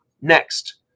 Next